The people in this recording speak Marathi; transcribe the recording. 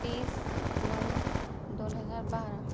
तीस नऊ दोन हजार बारा